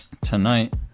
Tonight